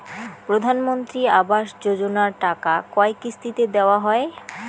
প্রধানমন্ত্রী আবাস যোজনার টাকা কয় কিস্তিতে দেওয়া হয়?